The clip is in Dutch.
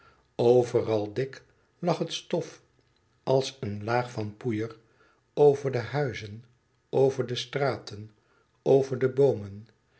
overal dik lag het stof als een laag van poeder over de huizen over de straten over de boomen